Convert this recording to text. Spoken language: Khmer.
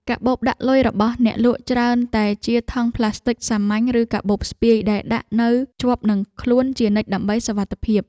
កាបូបដាក់លុយរបស់អ្នកលក់ច្រើនតែជាថង់ប្លាស្ទិចសាមញ្ញ ឬកាបូបស្ពាយដែលដាក់នៅជាប់នឹងខ្លួនជានិច្ចដើម្បីសុវត្ថិភាព។